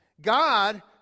God